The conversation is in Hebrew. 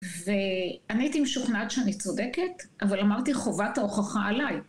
ואני הייתי משוכנעת שאני צודקת, אבל אמרתי חובת ההוכחה עליי.